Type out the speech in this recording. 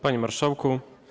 Panie Marszałku!